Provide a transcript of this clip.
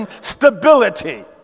stability